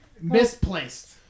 misplaced